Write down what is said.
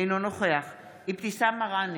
אינו נוכח אבתיסאם מראענה,